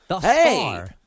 Hey